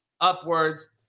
upwards